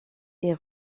est